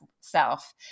self